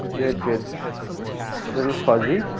here it gets little fuzzy.